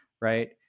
right